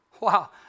Wow